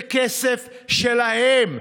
זה כסף שלהם.